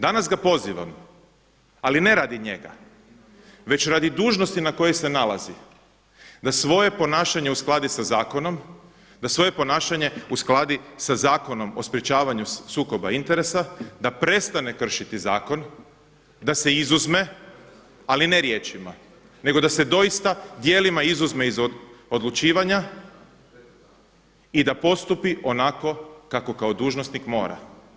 Danas ga pozivam, ali ne radi njega, već radi dužnosti na kojoj se nalazi da svoje ponašanje uskladi sa zakonom, da svoje ponašanje uskladi sa Zakonom o sprječavanju sukoba interesa, da prestane kršiti zakon, da se izuzme, ali ne riječima nego da se doista dijelima izuzme iz odlučivanja i da postupi onako kako kao dužnosnik mora.